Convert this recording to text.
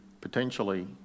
potentially